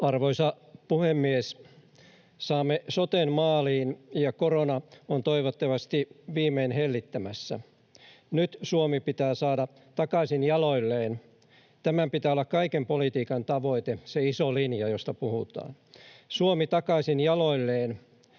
Arvoisa puhemies! Saamme soten maaliin, ja korona on toivottavasti viimein hellittämässä. Nyt Suomi pitää saada takaisin jaloilleen. Tämän pitää olla kaiken politiikan tavoite, se iso linja, josta puhutaan: Suomi takaisin jaloilleen.